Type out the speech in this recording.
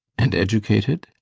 and educated?